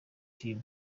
team